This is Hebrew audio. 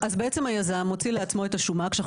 אז בעצם היזם מוציא לעצמו את השומה כשאנחנו